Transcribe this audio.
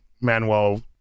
Manuel